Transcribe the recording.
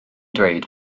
dweud